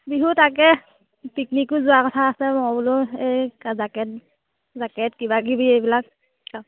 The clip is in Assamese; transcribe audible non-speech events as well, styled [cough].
বিহু তাকে পিকনিকো যোৱা কথা আছে মই বোলো এই [unintelligible] জেকেট জেকেট কিবা কিবি এইবিলাক